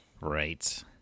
Right